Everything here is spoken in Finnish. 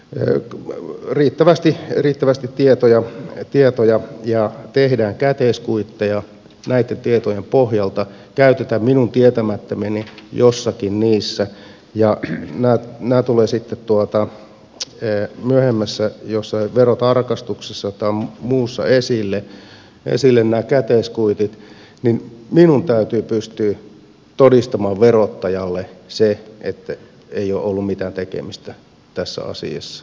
ltu riittävästi riittävästi tietoja otetaan kaupparekisteristä ja tehdään käteiskuitteja näitten tietojen pohjalta käytetään minun tietämättäni jossakin niitä ja nämä käteiskuitit tulevat sitten myöhemmin jossain verotarkastuksessa tai muussa esille niin minun täytyy pystyä todistamaan verottajalle se että minulla ei ole ollut mitään tekemistä tässä asiassa